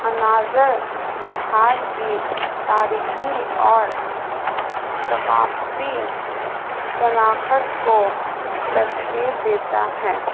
انظر بہار کی تاریخھی اور ثقافتی شناخت کو تشکیل دیتا ہے